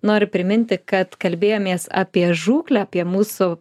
noriu priminti kad kalbėjomės apie žūklę apie mūsų